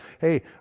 hey